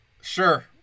sure